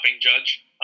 Judge